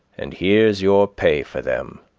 and here's your pay for them!